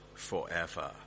forever